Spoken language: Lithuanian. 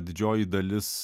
didžioji dalis